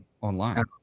online